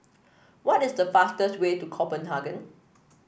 what is the fastest way to Copenhagen